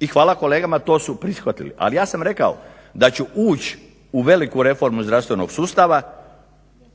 i hvala kolegama to su prihvatili. Ali ja sam rekao da ću ući u veliku reformu zdravstvenog sustava